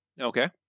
Okay